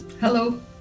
Hello